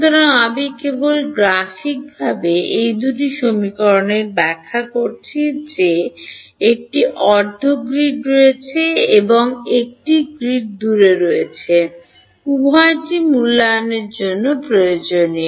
সুতরাং আমি কেবল গ্রাফিকভাবে এই দুটি সমীকরণের ব্যাখ্যা করছি যে একটি অর্ধ গ্রিড রয়েছে এবং একটি গ্রিড দূরে রয়েছে উভয়টি মূল্যায়নের জন্য প্রয়োজনীয়